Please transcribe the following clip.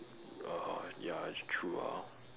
orh ya true ah